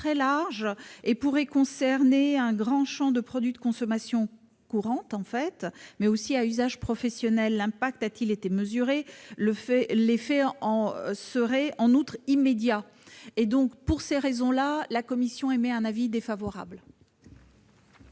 et pourrait concerner un grand champ de produits de consommation courante, mais aussi à usage professionnel. L'impact a-t-il été mesuré ? L'effet serait en outre immédiat. Pour ces raisons, la commission a émis un avis défavorable.